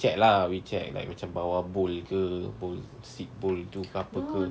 check lah we check like macam bawah bowl ke bowl seat bowl tu ke apa ke